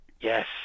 Yes